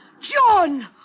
John